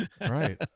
Right